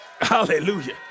Hallelujah